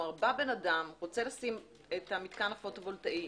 אדם, רוצה לשים את המתקן הפוטו וולטאי.